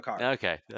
Okay